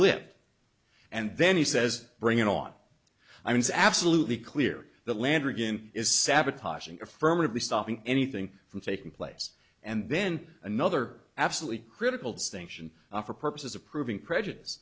lip and then he says bring it on i mean it's absolutely clear that landrigan is sabotaging affirmatively stopping anything from taking place and then another absolutely critical distinction for purposes of proving prejudice